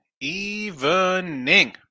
evening